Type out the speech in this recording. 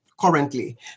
currently